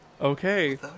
Okay